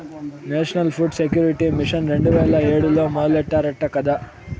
national food security mission రెండు వేల ఏడులో మొదలెట్టారట కదా